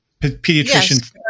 pediatrician